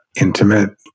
intimate